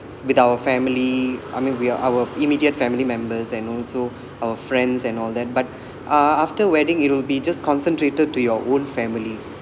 with our family I mean we are our immediate family members and also our friends and all that but uh after wedding it'll be just concentrated to your own family